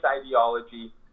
ideology